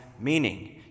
Meaning